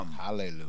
Hallelujah